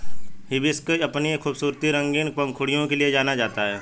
hibiscus अपनी खूबसूरत रंगीन पंखुड़ियों के लिए जाना जाता है